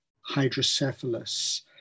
hydrocephalus